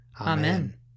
Amen